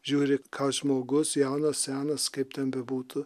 žiūri ką žmogus jaunas senas kaip ten bebūtų